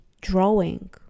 drawing